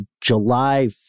July